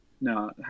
No